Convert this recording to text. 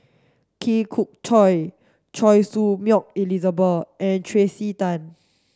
Khoon Choy Choy Su Moi Elizabeth and Tracey Tan